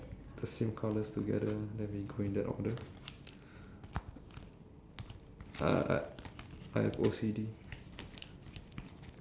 yup wait ah there's one orange five green three pink three purple three blue for me